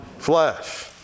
flesh